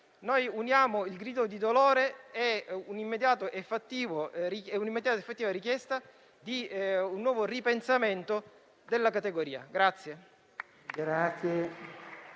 uniamo il grido di dolore e l'immediata e fattiva richiesta di un nuovo ripensamento per la categoria.